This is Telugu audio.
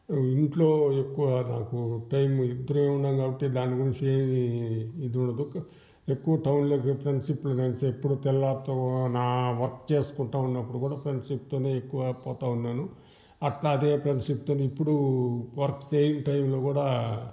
ఇంట్లో ఎక్కువ నాకు టైము ఇద్దరే ఉన్నాం కాబట్టి దానికిమించేమీ ఇదుండదు ఎక్కువ టౌన్లోకే ఫ్రెండ్షిప్పులు కానీ ఎప్పుడు తెల్లారతో ఓ నా వర్క్ చేసుకుంటా ఉన్నప్పుడు కూడా ఫ్రెండ్షిప్ తోనే ఎక్కువ పోతా ఉన్నేను అట్లా అదే ఫ్రెండ్షిప్ తోనే ఇప్పుడు వర్క్ చేయని టైంలో కూడా